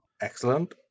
Excellent